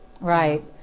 right